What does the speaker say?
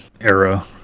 era